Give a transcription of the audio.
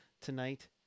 tonight